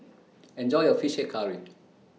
Enjoy your Fish Head Curry